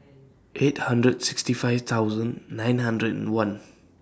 eight hundred and sixty five thousand nine hundred and one